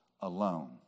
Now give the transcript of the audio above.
alone